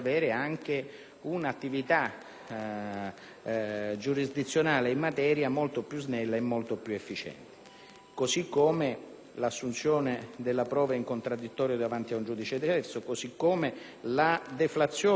giurisdizionale in materia molto più snella ed efficiente, così come l'assunzione della prova in contraddittorio davanti a un giudice diverso, così come la deflazione del contenzioso giudiziale